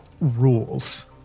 rules